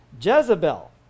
Jezebel